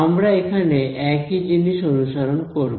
আমরা এখানে একই জিনিস অনুসরণ করব